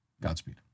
Godspeed